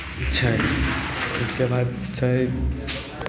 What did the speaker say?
छै ओहिके बाद छै